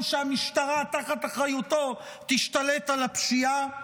שהמשטרה תחת אחריותו תשתלט על הפשיעה,